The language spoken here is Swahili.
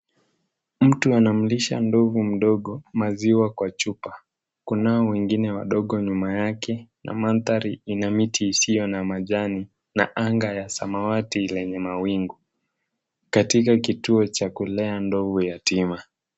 Mtu anamlisha ndovu mdogo maziwa kwa chupa. Kunao wengine wadogo nyuma yake na mandhari ina miti isiyo na majani na anga ya samawati lenye mawingu katika kituo cha kulea ndovu yatima.